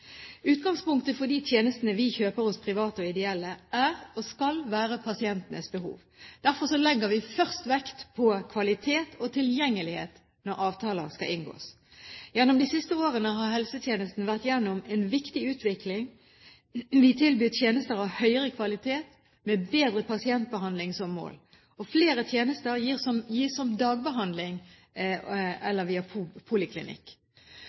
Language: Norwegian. Utgangspunktet for de tjenestene vi kjøper hos private og ideelle, er og skal være pasientenes behov. Derfor legger vi først vekt på kvalitet og tilgjengelighet når avtaler skal inngås. Gjennom de siste årene har helsetjenesten vært gjennom en viktig utvikling; vi tilbyr tjenester av høyere kvalitet med bedre pasientbehandling som mål. Flere tjenester gis som dagbehandling og via poliklinikk.